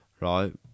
right